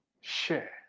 share